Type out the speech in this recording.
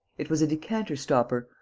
it was a decanter-stopper,